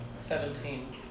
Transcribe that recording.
Seventeen